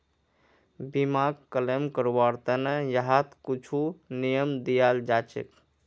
बीमाक क्लेम करवार त न यहात कुछु नियम दियाल जा छेक